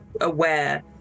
aware